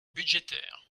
budgétaires